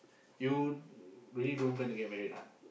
you really don't plan to get married ah